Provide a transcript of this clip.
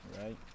right